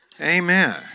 Amen